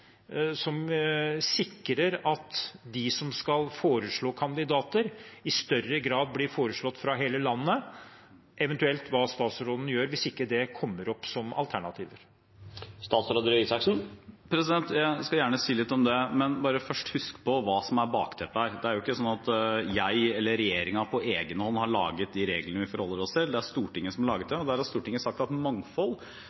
som sikrer at de som skal foreslå kandidater, i større grad foreslår kandidater fra hele landet, eventuelt hva statsråden vil gjøre hvis ikke det kommer opp som alternativ? Jeg skal gjerne si litt om det, men først må man huske hva som er bakteppet her. Det er ikke sånn at jeg eller regjeringen på egen hånd har laget de reglene vi forholder oss til. Det er Stortinget som har laget